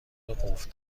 قفل